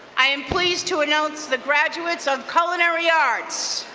i am pleased to announce the graduates of culinary arts.